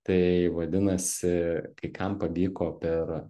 tai vadinasi kai kam pavyko per